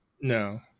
No